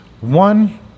One